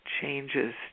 changes